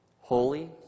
Holy